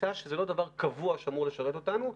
תפיסה שזה לא דבר קבוע שאמור לשרת אותנו.